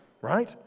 right